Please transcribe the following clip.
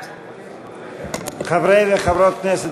בעד חברי וחברות הכנסת,